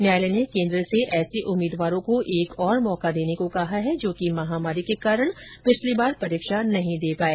न्यायालय ने केन्द्र से ऐसे उम्मीदवारों को एक और मौका देने को कहा है जो कि महामारी के कारण पिछली बार परीक्षा नहीं दे पाए